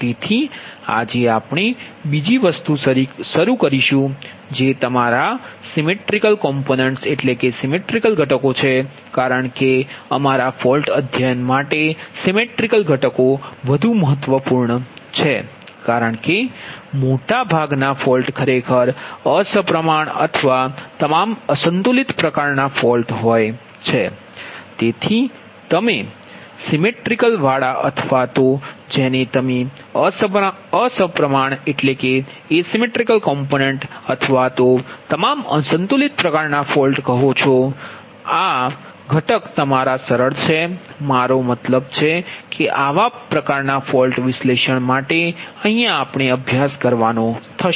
તેથી આજે આપણે બીજી વસ્તુ શરૂ કરીશું જે તમારા symmetrical components સિમેટ્રિકલ ઘટકો છે કારણ કે અમારા ફોલ્ટ અધ્યયન માટે symmetrical components સિમેટ્રિકલ ઘટકો વધુ મહત્વપૂર્ણ છે કારણ કે મોટા ભાગના ફોલ્ટ ખરેખર અસમપ્રમાણ અથવા તમામ અસંતુલિત પ્રકારના ફોલ્ટ હોય છે તેથી તમે સિમેટ્રિકલ વાળા અથવા તો જેને તમે અસમપ્રમાણ અથવા તમામ અસંતુલિત પ્રકારના ફોલ્ટ કહો છો અસમપ્રમાણ ઘટક તમારું સરળ છે મારો મતલબ છે કે આવા પ્રકારના ફોલ્ટ વિશ્લેષણ માટે લાગુ થશે